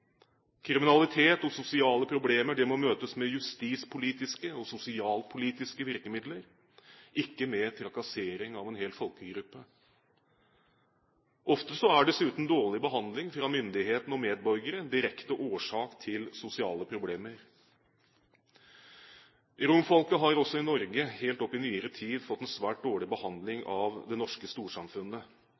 Kriminalitet og sosiale problemer må møtes med justispolitiske og sosialpolitiske virkemidler, ikke med trakassering av en hel folkegruppe. Ofte er dessuten dårlig behandling fra myndighetene og medborgere direkte årsak til sosiale problemer. Romfolket har også i Norge helt opp til nyere tid fått en svært dårlig behandling av det norske storsamfunnet.